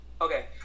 Okay